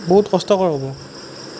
বহুত কষ্টকৰ হ'ব